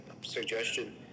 suggestion